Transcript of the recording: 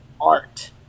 art